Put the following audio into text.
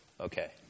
Okay